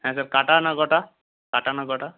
হ্যাঁ স্যার কাটা না গোটা কাটা না গোটা